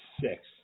six